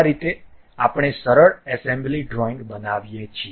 આ રીતે આપણે સરળ એસેમ્બલી ડ્રોઇંગ બનાવીએ છીએ